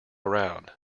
around